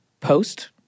post